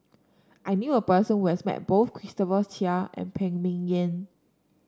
I knew a person who has met both Christopher Chia and Phan Ming Yen